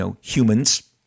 humans